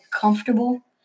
comfortable